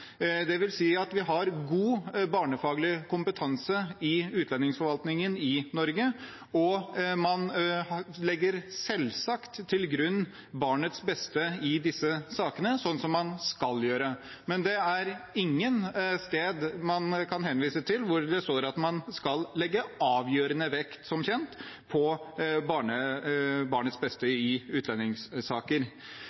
si at vi har god barnefaglig kompetanse i utlendingsforvaltningen i Norge, og man legger selvsagt til grunn barnets beste i disse sakene, slik man skal gjøre. Men det er som kjent ingen steder man kan henvise til der det står at man skal legge avgjørende vekt på barnets beste